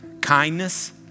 kindness